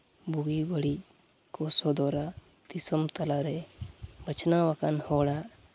ᱵᱩᱜᱤ ᱵᱟᱹᱲᱤᱡ ᱠᱚ ᱥᱚᱫᱚᱨᱟ ᱫᱤᱥᱚᱢ ᱛᱟᱞᱟᱨᱮ ᱵᱟᱪᱷᱱᱟᱣ ᱟᱠᱟᱱ ᱦᱚᱲᱟᱜ